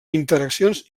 interaccions